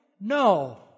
No